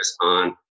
on